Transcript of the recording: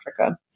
Africa